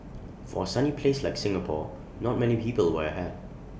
for A sunny place like Singapore not many people wear A hat